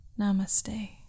Namaste